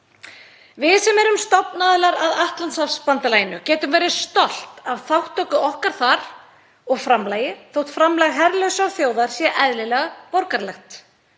Við sem erum stofnaðilar að Atlantshafsbandalaginu getum verið stolt af þátttöku okkar þar og framlagi þótt framlag herlausrar þjóðar sé eðlilega borgaralegt.